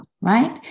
Right